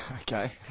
Okay